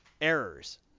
errors